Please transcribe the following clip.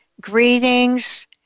greetings